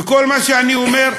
וכל מה שאני אומר,